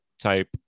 type